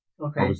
Okay